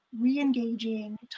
re-engaging